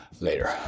later